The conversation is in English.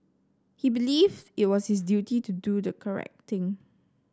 he believed it was his duty to do the correct thing